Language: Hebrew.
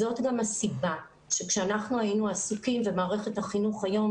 זאת גם הסיבה שכאשר אנחנו היינו עסוקים ומערכת החינוך היום,